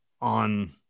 on